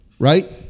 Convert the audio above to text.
Right